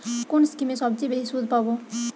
কোন স্কিমে সবচেয়ে বেশি সুদ পাব?